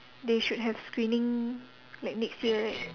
they should have screening like next year right